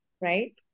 right